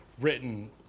written